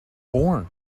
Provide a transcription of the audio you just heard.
born